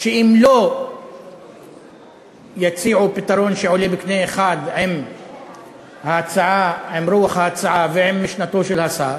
ואם הם לא יציעו פתרון שעולה בקנה אחד עם רוח ההצעה ועם משנתו של השר,